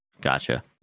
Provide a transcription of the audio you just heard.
Gotcha